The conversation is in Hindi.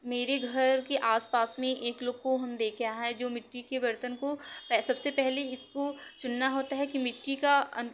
मेरे घर के आसपास में एक लोग को हम देखा हैं जो मिट्टी के बर्तन को पै सबसे पहले इसको चुनना होता है कि मिट्टी का